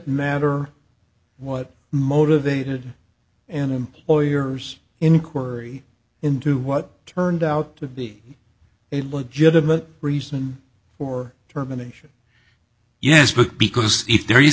matter what motivated an employer's inquiry into what turned out to be a legitimate reason for terminations yes book because if there is